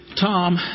Tom